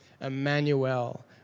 Emmanuel